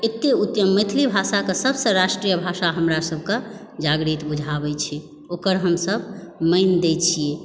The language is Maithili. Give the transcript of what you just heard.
एतय उत्तम मैथिली भाषाके सभसँ राष्ट्रीय भाषा हमरा सभके जागृत बुझाबय छै ओकर हमसभ मान दैत छियै